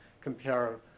compare